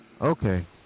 Okay